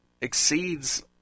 exceeds